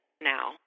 now